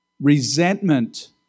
resentment